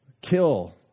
kill